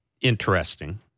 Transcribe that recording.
interesting